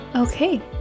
Okay